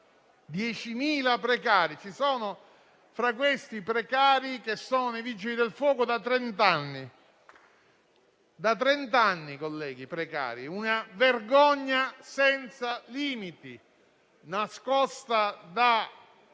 10.000 precari. Ci sono fra questi precari che sono vigili del fuoco da trent'anni, colleghi: una vergogna senza limiti, nascosta da